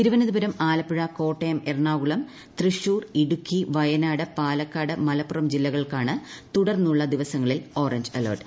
തിരുവനന്തപുരം ആലപ്പുഴ കോട്ടയം എറണാകുളം തൃശൂർ ഇടുക്കി വയനാട് പാലക്കാട് മലപ്പുറം ജില്ലകൾക്കാണ് തുടർന്നുള്ള ദിവസങ്ങളിൽ ഓറഞ്ച് അലർട്ട്